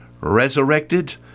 resurrected